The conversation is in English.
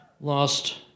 lost